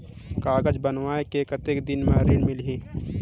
कागज बनवाय के कतेक दिन मे ऋण मिलही?